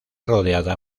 rodeada